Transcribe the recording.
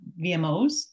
vmos